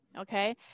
Okay